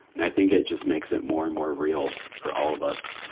and i think it just makes it more and more real for all of us